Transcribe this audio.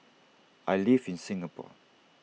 I live in Singapore